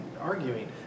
arguing